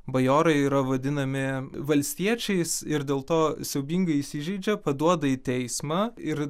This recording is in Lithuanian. bajorai yra vadinami valstiečiais ir dėl to siaubingai įsižeidžia paduoda į teismą ir